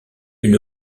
une